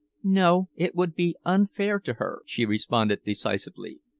no, it would be unfair to her, she responded decisively,